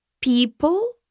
people